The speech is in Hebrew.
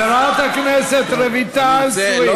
חברת הכנסת רויטל סויד,